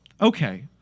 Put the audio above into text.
Okay